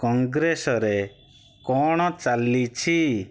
କଂଗ୍ରେସରେ କ'ଣ ଚାଲିଛି